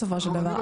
בסופו של דבר.